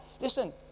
Listen